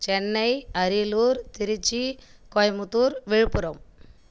Chennai Ariyalur Tiruchi Coimbatore Villupuram